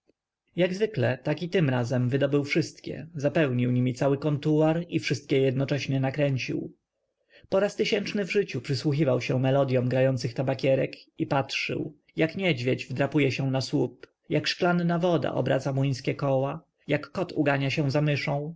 jak zwykle tak i tym razem wydobył wszystkie zapełnił nimi cały kontuar i wszystkie jednocześnie nakręcił poraz tysiączny w życiu przysłuchiwał się melodyom grających tabakierek i patrzył jak niedźwiedź wdrapuje się na słup jak szklanna woda obraca młyńskie koła jak kot ugania się za myszą